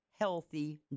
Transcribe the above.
healthy